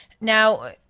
Now